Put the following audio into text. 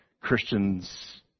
Christians